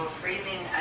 breathing